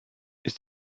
ist